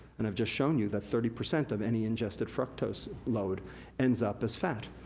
and i've just shown you that thirty percent of any ingested fructose load ends up as fat.